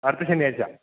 അടുത്ത ശനിയാഴ്ച